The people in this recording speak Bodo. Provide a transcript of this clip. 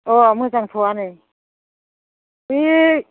अह मोजांथ' आनै बे